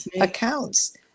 accounts